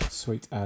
sweet